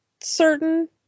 certain